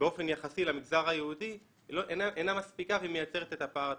באופן יחסי למגזר היהודי אינה מספיקה והיא מייצרת את הפער התקציבי.